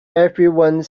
everyone